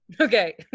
okay